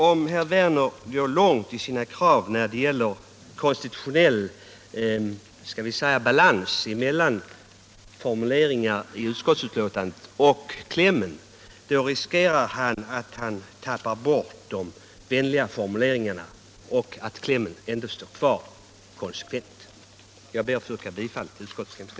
Om herr Werner går långt i sina krav när det gäller konstitutionell balans — om jag får använda det uttrycket —- mellan formuleringar i utskottsbetänkandet och i klämmen, riskerar han att han tappar bort de vänliga formuleringarna men att klämmen ändå står kvar konsekvent. Jag ber att få yrka bifall till utskottets hemställan.